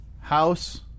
House